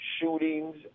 shootings